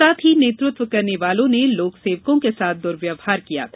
साथ ही नेतृत्व करने वालों ने लोकसेवकों के साथ दुव्यर्वहार किया था